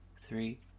three